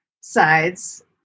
sides